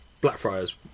Blackfriars